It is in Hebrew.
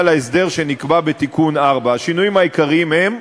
להסדר שנקבע בתיקון 4. השינויים העיקריים הם: